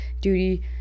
duty